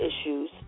issues